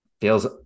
feels